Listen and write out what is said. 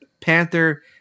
panther